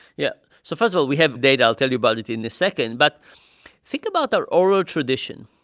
yeah. so first of all, we have data. i'll tell you about it in a second. but think about our oral tradition.